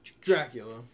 Dracula